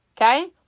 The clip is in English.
Okay